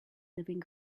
living